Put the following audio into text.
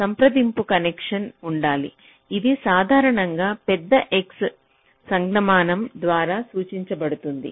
సంప్రదింపు కనెక్షన్ ఉండాలి ఇది సాధారణంగా పెద్ద x సంజ్ఞామానం ద్వారా సూచించబడుతుంది